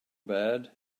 bad